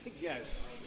yes